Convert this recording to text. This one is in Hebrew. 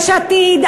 יש עתיד,